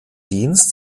dienst